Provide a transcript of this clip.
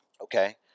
Okay